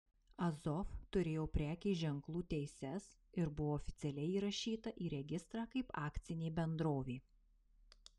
azov turėjo prekės ženklų teises ir buvo oficialiai įrašyta į registrą kaip akcinė bendrovė